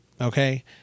okay